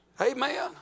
Amen